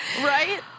right